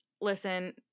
listen